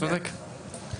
צודק.